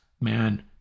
Man